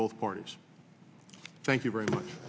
both parties thank you very much